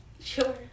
Sure